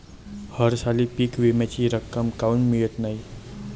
हरसाली पीक विम्याची रक्कम काऊन मियत नाई?